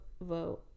vote